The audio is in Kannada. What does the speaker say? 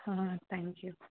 ಹಾಂ ಥ್ಯಾಂಕ್ ಯು